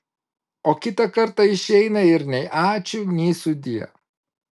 o kitą kartą išeina ir nei ačiū nei sudie